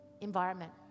environment